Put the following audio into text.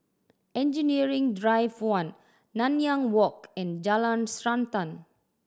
Engineering Drive One Nanyang Walk and Jalan Srantan